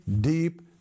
deep